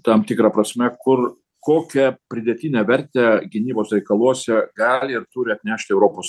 tam tikra prasme kur kokią pridėtinę vertę gynybos reikaluose gali ir turi atnešti europos